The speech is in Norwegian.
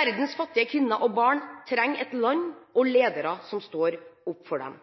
Verdens fattige kvinner og barn trenger et land og ledere som står opp for dem.